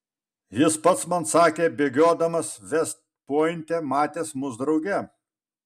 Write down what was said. jis pats man sakė bėgiodamas vest pointe matęs mus drauge